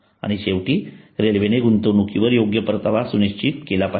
आणि शेवटी रेल्वेने गुंतवणुकीवर योग्य परतावा सुनिश्चित केला पाहिजे